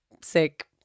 sick